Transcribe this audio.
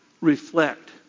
reflect